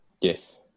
Yes